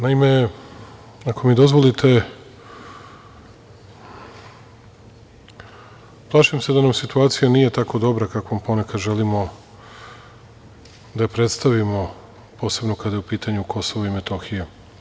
Naime, ako mi dozvolite, plašim se da nam situacija nije tako dobra kako ponekad želimo da je predstavimo, posebno kada je u pitanju Kosovo i Metohija.